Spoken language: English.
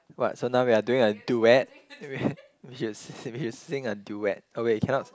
what so now we are doing a duet we shall we shall sing a duet oh wait you cannot